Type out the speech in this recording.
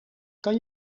kan